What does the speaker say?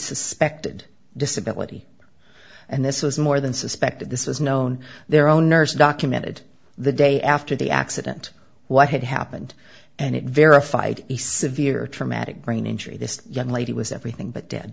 suspected disability and this was more than suspected this was known their own nurse documented the day after the accident what had happened and it verified a severe traumatic brain injury this young lady was everything but did